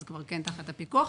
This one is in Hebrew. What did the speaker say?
אז כבר כן תחת הפיקוח.